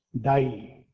die